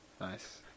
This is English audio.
nice